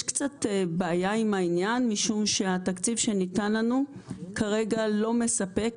יש קצת בעיה עם העניין משום שהתקציב שניתן לנו כרגע לא מספק,